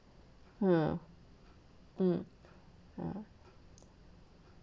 hmm mm mm